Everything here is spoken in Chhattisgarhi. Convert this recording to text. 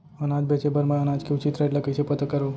अनाज बेचे बर मैं अनाज के उचित रेट ल कइसे पता करो?